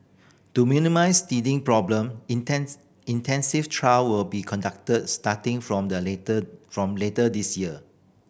to minimise teething problem intensive trial will be conducted starting from the later from later this year